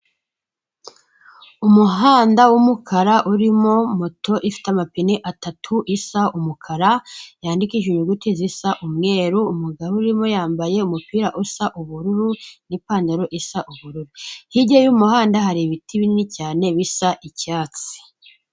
Umuhanda w'umukara urimo moto ifite amapine atatu, isa umukara, yandikishije inyuguti zisa umweru, umugabo urimo yambaye umupira usa ubururu, n'ipantaro isa ubururu, hirya y'umuhanda, hari ibiti binini cyane bisa icyatsi.